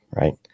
right